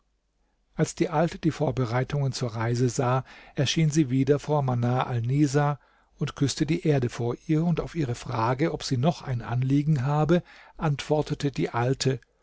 als die alte die vorbereitungen zur reise sah erschien sie wieder vor manar alnisa und küßte die erde vor ihr und auf ihre frage ob sie noch ein anliegen habe antwortete die alte